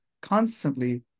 constantly